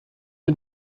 mit